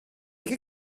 che